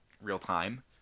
real-time